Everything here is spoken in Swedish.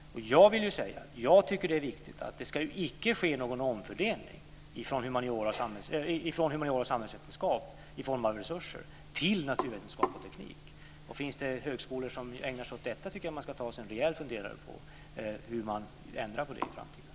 Jag vill säga att jag tycker att det är viktigt att det inte ska ske någon omfördelning av resurser från humaniora och samhällsvetenskap till naturvetenskap och teknik. Finns det högskolor som ägnar sig åt detta tycker jag att man ska ta sig en rejäl funderare på hur man ska ändra på det i framtiden.